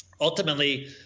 ultimately